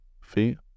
feet